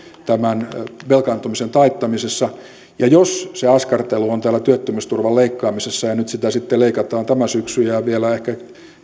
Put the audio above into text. tämän velkaantumisen taittamisessa ja jos se askartelu on täällä työttömyysturvan leikkaamisessa ja nyt sitä sitten leikataan tämä syksy ja ja vielä ehkä